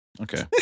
Okay